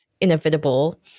inevitable